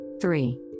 three